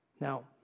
Now